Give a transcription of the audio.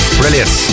brilliant